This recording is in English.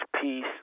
peace